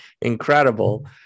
incredible